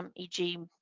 um e g. um